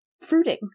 fruiting